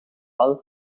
all